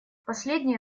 последние